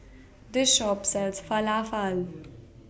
This Shop sells Falafel